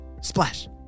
splash